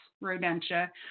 rodentia